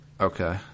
Okay